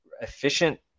efficient